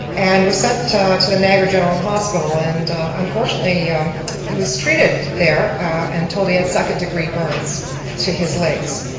and was sent to to the niagara general hospital, and unfortunately he was treated there and told he had second degree burns to his legs.